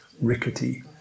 rickety